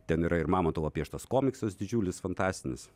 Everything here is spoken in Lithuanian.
ten yra ir mamontovo pieštas komiksas didžiulis fantastinis